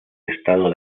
estado